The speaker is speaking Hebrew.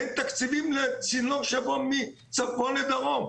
אין תקציבים לצינור שיבוא מצפון לדרום.